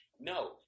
No